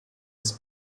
des